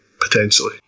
potentially